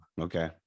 Okay